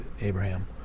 Abraham